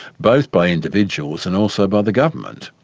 both by individuals and also by the government.